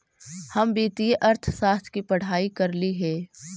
हम वित्तीय अर्थशास्त्र की पढ़ाई करली हे